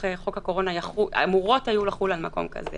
חוק הקורונה אמורות היו לחלול על מקום כזה.